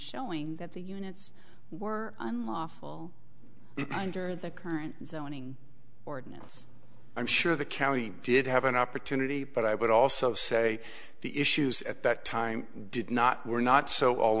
showing that the units were unlawful under the current zoning ordinance i'm sure the county did have an opportunity but i would also say the issues at that time did not were not so all